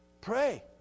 Pray